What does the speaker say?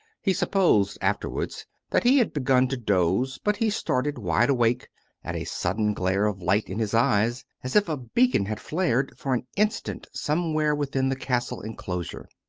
he supposed afterwards that he had begun to doze but he started, wide-awake, at a sudden glare of light in his eyes, as if a beacon had flared for an instant somewhere within the castle enclosure.